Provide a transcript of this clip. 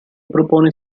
propone